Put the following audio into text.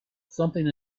something